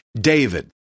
David